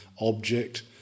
object